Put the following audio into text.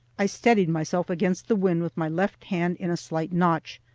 i steadied myself against the wind with my left hand in a slight notch,